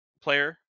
player